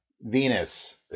Venus